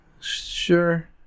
Sure